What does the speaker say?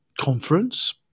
conference